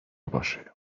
باشه